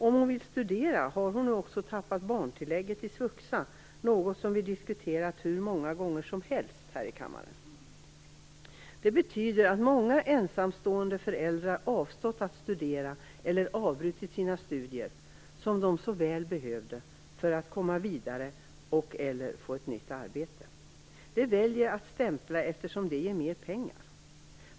Om hon vill studera har hon också tappat barntillägget i svuxa, något som vi har diskuterat hur många gånger som helst här i kammaren. Det betyder att många ensamstående föräldrar avstår från att studera eller har avbrutit sina studier, som de så väl behövde för att komma vidare och/eller få ett nytt arbete. De väljer att stämpla, eftersom det ger mer pengar.